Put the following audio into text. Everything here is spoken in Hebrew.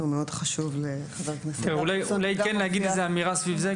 מאוד חשוב --- אולי כן נגיד איזו אמירה סביב זה,